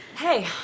Hey